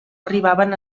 arribaven